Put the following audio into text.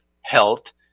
health